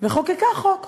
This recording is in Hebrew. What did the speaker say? וחוקקה חוק,